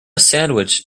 sandwich